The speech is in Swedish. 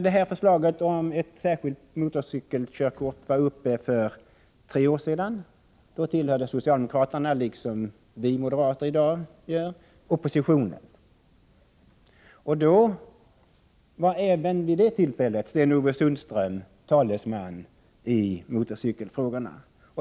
När förslaget om ett särskilt motorcykelkörkort var uppe för tre år sedan tillhörde socialdemokraterna oppositionen, liksom vi moderater gör i dag. Även vid det tillfället var Sten-Ove Sundström socialdemokraternas talesman i motorcykelfrågorna.